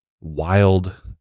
wild